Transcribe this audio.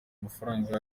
amafaranga